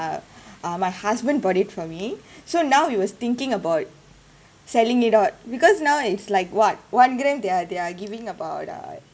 uh my husband bought it for me so now he was thinking about selling it off because now is like what one gram they are they are giving about uh